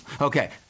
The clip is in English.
Okay